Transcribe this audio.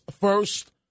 first